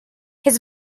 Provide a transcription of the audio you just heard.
his